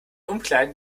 umkleiden